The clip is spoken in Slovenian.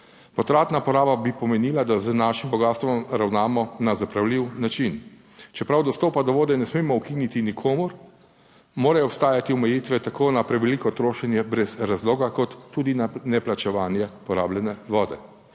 Potratna poraba bi pomenila, da z našim bogastvom ravnamo na zapravljiv način. Čeprav dostopa do vode ne smemo ukiniti nikomur morajo obstajati omejitve tako na preveliko trošenje brez razloga kot tudi na neplačevanje 8.